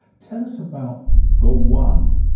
tell us about the one.